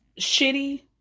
shitty